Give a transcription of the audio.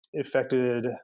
affected